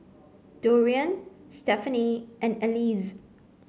Dorian Stephany and Alize